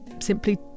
simply